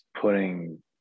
putting